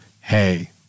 hey